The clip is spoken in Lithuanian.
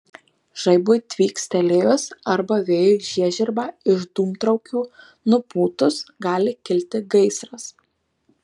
žaibui tvykstelėjus arba vėjui žiežirbą iš dūmtraukių nupūtus gali kilti gaisras